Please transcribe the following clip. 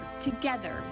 Together